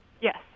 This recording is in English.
Yes